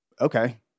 okay